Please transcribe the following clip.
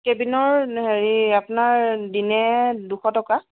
কেবিনৰ হেৰি আপোনাৰ দিনে দুশ টকা